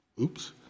Oops